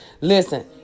Listen